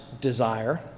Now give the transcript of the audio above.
desire